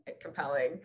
compelling